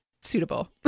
suitable